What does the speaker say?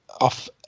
off